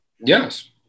Yes